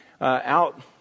out